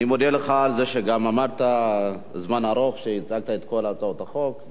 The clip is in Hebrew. אני מודה לך גם על זה שעמדת זמן ארוך והצגת את כל הצעות החוק.